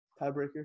tiebreaker